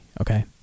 okay